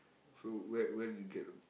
so where where did you get the